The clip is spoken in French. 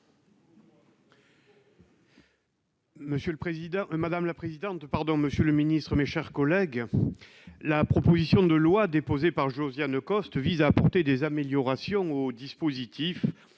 madame la présidente, pardon, Monsieur le Ministre, mes chers collègues, la proposition de loi déposée par Josiane Costes vise à apporter des améliorations aux dispositifs